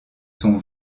sont